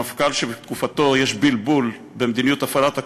שמפכ"ל שבתקופתו יש בלבול במדיניות הפעלת הכוח,